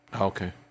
Okay